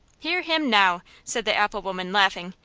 hear him now, said the apple-woman, laughing.